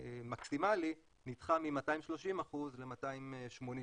המקסימלי נדחה מ-230% ל-280%.